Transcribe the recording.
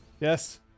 Yes